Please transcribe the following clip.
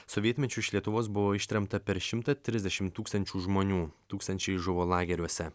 sovietmečiu iš lietuvos buvo ištremta per šimtą trisdešimt tūkstančių žmonių tūkstančiai žuvo lageriuose